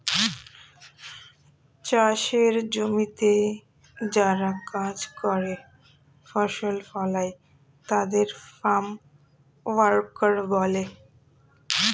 চাষের জমিতে যারা কাজ করে, ফসল ফলায় তাদের ফার্ম ওয়ার্কার বলে